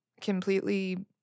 completely